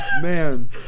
man